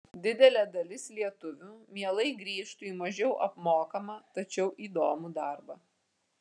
didelė dalis lietuvių mielai grįžtų į mažiau apmokamą tačiau įdomų darbą